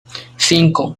cinco